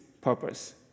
purpose